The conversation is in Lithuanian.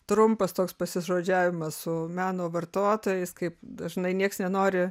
trumpas toks pasižodžiavimas su meno vartotojais kaip dažnai nieks nenori